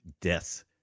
deaths